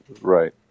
Right